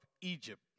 Egypt